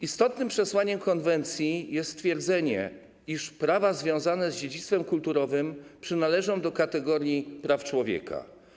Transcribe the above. Istotnym przesłaniem konwencji jest stwierdzenie, iż prawa związane z dziedzictwem kulturowym przynależą do kategorii praw człowieka.